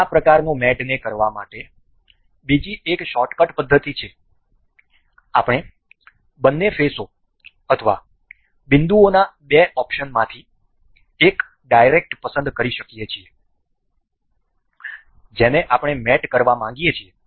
તેથી આ પ્રકારના મેટને કરવા માટે બીજી એક શોર્ટકટ પદ્ધતિ છે આપણે બંને ફેસઓ અથવા બિંદુઓના બે ઓપ્શન માંથી એક ડાયરેક્ટ પસંદ કરી શકીએ છીએ જેને આપણે મેટ કરવા માંગીએ છીએ